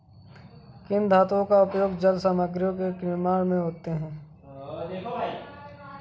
किन धातुओं का उपयोग जाल सामग्रियों के निर्माण में होता है?